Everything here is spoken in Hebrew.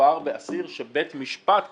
ומדובר באסיר שבית משפט קבע,